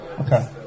Okay